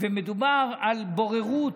מדובר על בוררות